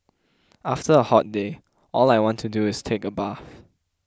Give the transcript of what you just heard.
after a hot day all I want to do is take a bath